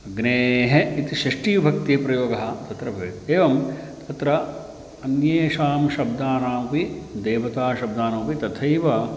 अग्नेः इति षष्टीविभक्तिप्रयोगः तत्र भवेत् एवं अत्र अन्येषां शब्दानामपि देवताशब्दानमपि तथैव